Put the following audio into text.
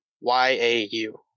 Y-A-U